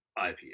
IPA